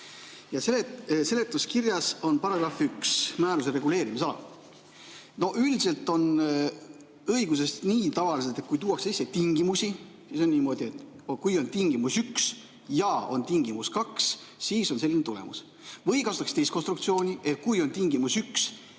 Seletuskirjas on § 1, määruse reguleerimisala. Üldiselt on õiguses tavaliselt nii, et kui tuuakse sisse tingimusi, siis on niimoodi, et kui on tingimus 1 ja on tingimus 2, siis on selline tulemus. Või kasutatakse teist konstruktsiooni, et kui on tingimus 1